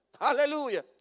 Hallelujah